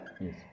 Yes